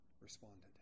responded